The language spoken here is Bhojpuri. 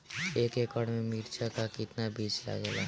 एक एकड़ में मिर्चा का कितना बीज लागेला?